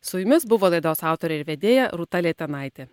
su jumis buvo laidos autorė ir vedėja rūta leitanaitė